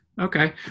Okay